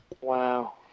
Wow